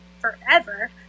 forever